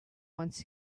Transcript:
once